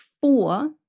four